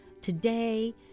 Today